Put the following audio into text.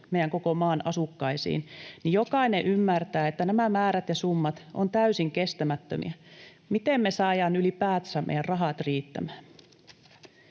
luvut koko maamme asukkaisiin, niin jokainen ymmärtää, että nämä määrät ja summat ovat täysin kestämättömiä. Miten me saadaan ylipäätänsä meidän rahat riittämään?